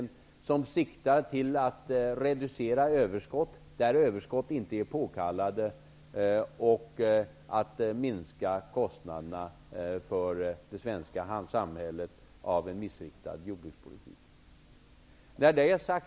Det gäller de inslag som siktar till att reducera överskott där överskott inte är påkallade och att minska kostnaderna för en missriktad jordbrukspolitik för det svenska samhället.